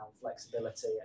flexibility